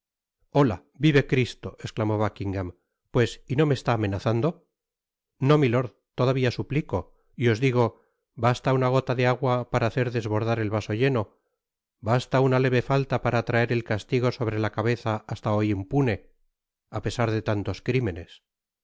i vive cristo esclamó buckingam pues y no me está amenazando no milord todavia suplico y os digo basta una gota de agua para hacer desbordar el vaso lleno basta una leve falta para atraer el castigo sobre la cabeza hasta hoy impune á pesar de tanios crimenes